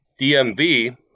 dmv